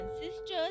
sisters